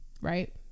right